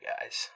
guys